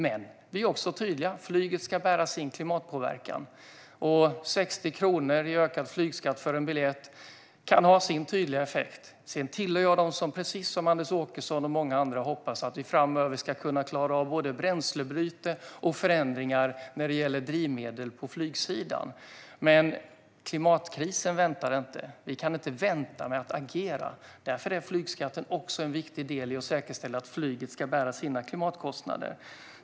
Men vi är också tydliga: Flyget ska bära sin klimatpåverkan. 60 kronor i ökad flygskatt för en biljett kan ha sin tydliga effekt. Sedan tillhör jag dem som precis som Anders Åkesson och många andra hoppas att vi framöver ska kunna klara av både bränslebyte och förändringar när det gäller drivmedel på flygsidan. Men klimatkrisen väntar inte. Vi kan inte vänta med att agera. Därför är flygskatten också en viktig del i att säkerställa att flyget ska bära sina klimatkostnader.